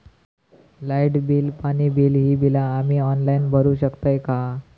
Light bill, पाणी bill, ही बिला आम्ही ऑनलाइन भरू शकतय का?